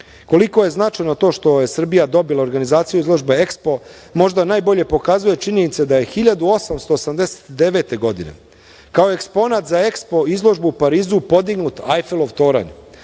Koliko je značajno to što je Srbija dobila organizaciju izložbe EXPO možda najbolje pokazuje činjenica da je 1889. godine kao eksponat za EXPO izložbu u Parizu podignut Ajfelov toranj,